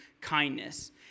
kindness